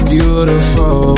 Beautiful